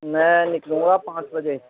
میں نکلوں گا پانچ بجے